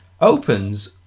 Opens